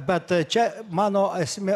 bet čia mano esmė